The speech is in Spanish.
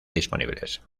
disponibles